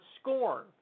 scorn